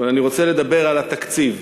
אני רוצה לדבר על התקציב.